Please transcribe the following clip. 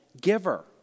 giver